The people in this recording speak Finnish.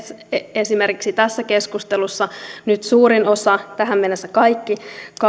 esimerkiksi tässä keskustelussa nyt suurin osa tähän mennessä kaikki